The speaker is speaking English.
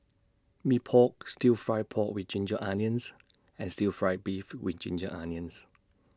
Mee Pok Stir Fried Pork with Ginger Onions and Stir Fry Beef with Ginger Onions